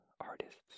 artists